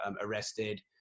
arrested